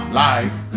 life